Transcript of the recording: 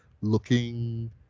looking